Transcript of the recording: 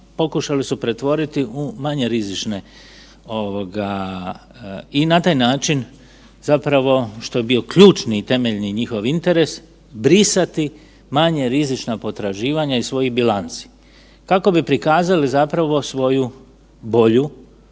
pokušali su pretvoriti u manje rizične i na taj način zapravo, što je bio ključni i temeljni njihov interes, brisati manje rizična potraživanja iz svojih bilanca, kako bi prikazali zapravo svoju bolju